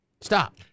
Stop